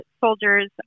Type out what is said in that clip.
soldiers